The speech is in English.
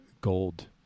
gold